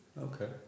Okay